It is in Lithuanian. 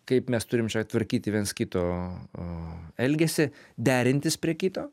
kaip mes turim čia tvarkyti viens kito elgesį derintis prie kito